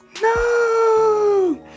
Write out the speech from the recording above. No